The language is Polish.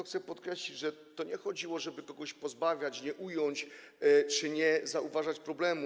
Chcę podkreślić, że to nie chodziło o to, żeby kogoś pozbawiać, nie ująć czy nie zauważać problemu.